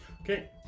Okay